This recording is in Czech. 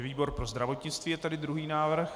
Výbor pro zdravotnictví je tedy druhý návrh.